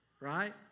right